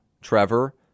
Trevor